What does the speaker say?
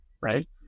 right